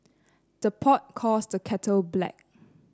the pot calls the kettle black